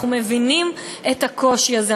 אנחנו מבינים את הקושי הזה,